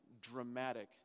dramatic